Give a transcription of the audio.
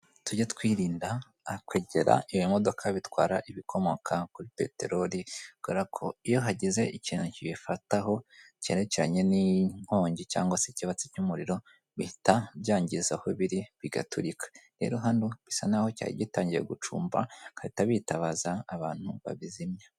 Tujye twirinda kwegera iyo modoka bitwara ibikomoka kuri peteroli kuko iyo hagize ikintu kiyifataho cyerekeranye n'inkongi cyangwa se icyabatsi cy'umuriro bihita byangiza aho biri bigaturika, rero hano bisa nahoaho cyari gitangiye gucumba bahita bitabaza abantu babizimya.